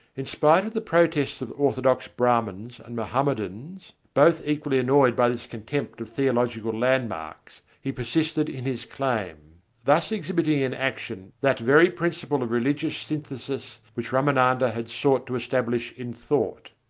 in spite of the protests of orthodox brahmans and mohammedans, both equally annoyed by this contempt of theological landmarks, he persisted in his claim thus exhibiting in action that very principle of religious synthesis which ramananda had sought to establish in thought.